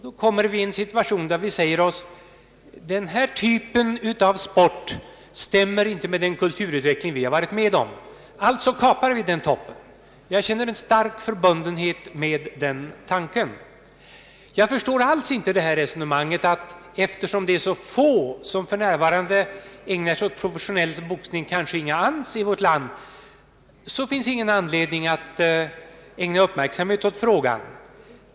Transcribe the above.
Då hamnar vi i en situation, där vi säger oss: Denna typ av sport stämmer inte med den kulturutveckling som vi har varit med om. Alltså kapar vi den toppen. Jag känner en stark förbundenhet med den tanken. Jag förstår inte alls det resonemanget att det, eftersom det är så få som för närvarande ägnar sig åt professionell boxning, kanske inga alls i vårt land, inte finns någon anledning att ägna uppmärksamhet åt frågan.